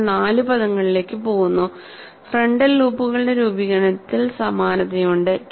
നിങ്ങൾ നാല് പദങ്ങളിലേക്ക് പോകുന്നു ഫ്രന്റൽ ലൂപ്പുകളുടെ രൂപീകരണത്തിൽ സമാനതയുണ്ട്